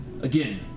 again